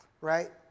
Right